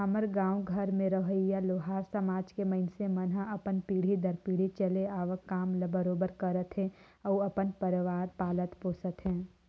हमर गाँव घर में रहोइया लोहार समाज के मइनसे मन ह अपन पीढ़ी दर पीढ़ी चले आवक काम ल बरोबर करत हे अउ अपन परवार पालत पोसत हे